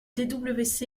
des